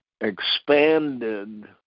expanded